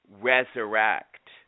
resurrect